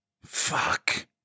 Fuck